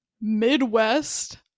Midwest